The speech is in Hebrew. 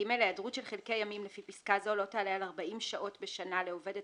(ג)היעדרות של חלקי ימים לפי פסקה זו לא תעלה על 40 שעות בשנה לעובדת